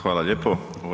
Hvala lijepo.